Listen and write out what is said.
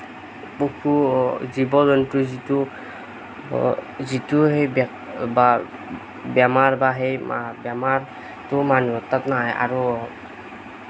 পশু জীৱ জন্তুৰ যিটো যিটো সেই বা বেমাৰ বা সেই বেমাৰটো মানুহৰ তাত নাহে আৰু